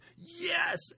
Yes